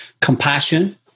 compassion